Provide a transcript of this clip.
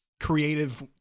creative